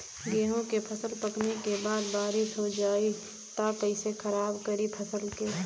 गेहूँ के फसल पकने के बाद बारिश हो जाई त कइसे खराब करी फसल के?